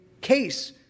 case